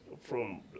from-